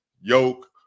Yoke